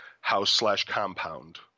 house-slash-compound